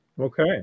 Okay